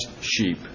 sheep